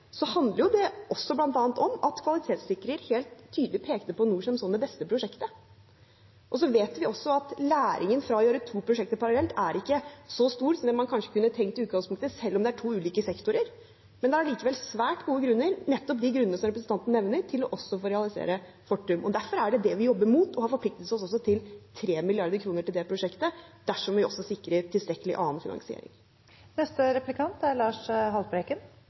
så handler det bl.a. om at kvalitetssikrer helt tydelig pekte på Norcem som det beste prosjektet. Så vet vi også at læringen fra å gjøre to prosjekter parallelt ikke er så stor som det man kanskje kunne tenkt i utgangspunktet, selv om det er to ulike sektorer. Det er allikevel svært gode grunner, nettopp de grunnene som representanten nevner, til også å få realisert Fortum. Derfor er det det vi jobber mot, og vi har forpliktet oss til 3 mrd. kr til det prosjektet dersom vi også sikrer tilstrekkelig annen finansiering.